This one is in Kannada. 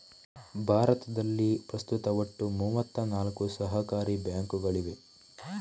ಭಾರತದಲ್ಲಿ ಪ್ರಸ್ತುತ ಒಟ್ಟು ಮೂವತ್ತ ನಾಲ್ಕು ಸಹಕಾರಿ ಬ್ಯಾಂಕುಗಳಿವೆ